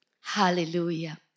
Hallelujah